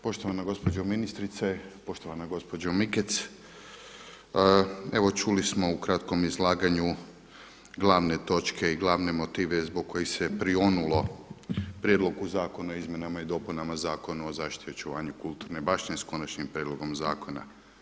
Poštovana gospođo ministrice, poštovana gospođo Mikec evo čuli smo u kratkom izlaganju glavne točke i glavne motive zbog kojih se prionulo Prijedlogu zakona o izmjenama i dopunama Zakona o zaštiti i očuvanju kulturne baštine s Konačnim prijedlogom zakona.